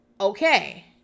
Okay